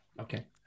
okay